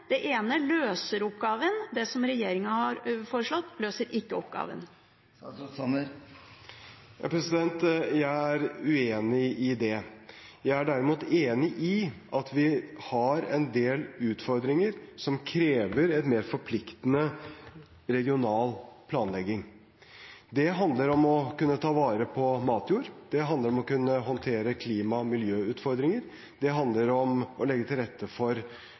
Det ene løser oppgaven – det som regjeringen har foreslått, løser ikke oppgaven. Jeg er uenig i det. Jeg er derimot enig i at vi har en del utfordringer som krever en mer forpliktende regional planlegging. Det handler om å kunne ta vare på matjord, det handler om å kunne håndtere klima- og miljøutfordringer, det handler om å legge til rette for